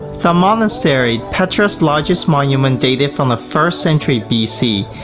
the monastery, petra's largest monument, dates from the first century bc.